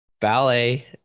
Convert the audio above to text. ballet